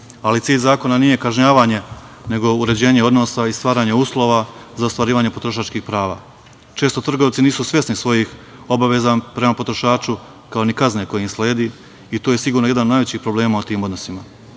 Ali, cilj zakona nije kažnjavanje, nego uređenje odnosa i stvaranje uslova za ostvarivanje potrošačkih prava. Često trgovci nisu sveni svojih obaveza prema potrošaču, kao ni kazne koje im slede i to je sigurno jedan od najvećih problema u tim odnosima. Samo